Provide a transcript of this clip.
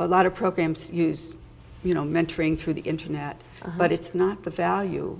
a lot of programs use you know mentoring through the internet but it's not the value